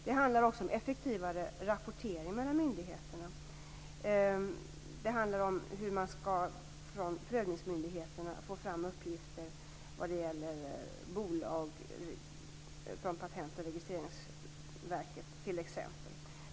Det handlar också om effektivare rapportering mellan myndigheterna. Det handlar om hur man från prövningsmyndigheterna skall få fram uppgifter vad gäller bolag från Patent och registreringsverket t.ex.